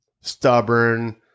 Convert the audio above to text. stubborn